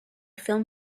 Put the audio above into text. film